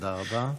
תודה רבה.